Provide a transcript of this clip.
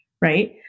right